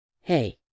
Hey